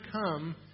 come